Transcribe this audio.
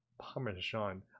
parmesan